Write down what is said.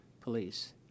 police